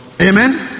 Amen